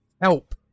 help